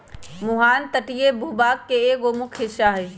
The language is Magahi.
मुहाना तटीय भूभाग के एगो मुख्य हिस्सा हई